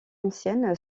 ancienne